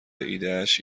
ایدهاش